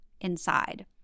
inside